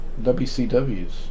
WCW's